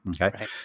Okay